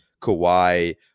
Kawhi